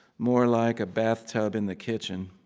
more like a bathtub in the kitchen.